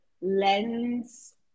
lens